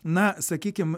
na sakykim